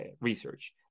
research